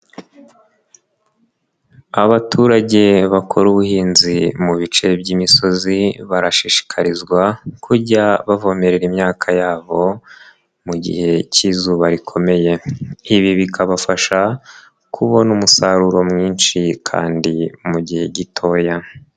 Abaturage bakora ubuhinzi mu bice by'imisozi barashishikarizwa kujya bavomerera imyaka yabo mu gihe k'izuba rikomeye, ibi bikabafasha kubona umusaruro mwinshi kandi mu gihe gitoya.